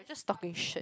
just talking shit